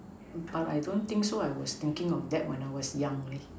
but I don't think so I was thinking of that when I was young leh